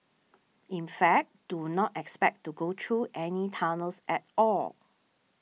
in fact do not expect to go through any tunnels at all